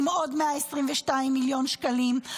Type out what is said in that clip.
עם עוד 122 מיליון שקלים,